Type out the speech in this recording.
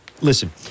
Listen